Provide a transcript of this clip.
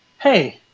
hey